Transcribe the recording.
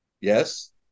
Yes